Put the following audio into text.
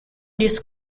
these